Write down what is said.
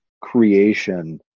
creation